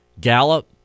Gallup